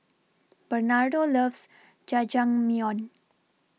Bernardo loves Jajangmyeon